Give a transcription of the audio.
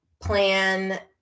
plan